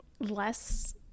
less